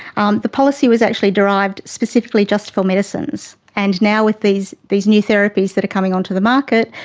um the policy was actually derived specifically just for medicines, and now with these these new therapies that are coming onto the market,